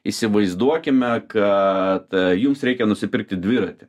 įsivaizduokime kad jums reikia nusipirkti dviratį